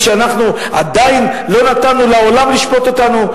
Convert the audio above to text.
שאנחנו עדיין לא נתנו לעולם לשפוט אותנו?